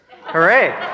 Hooray